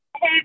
Hey